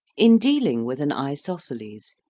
in dealing with an isosceles,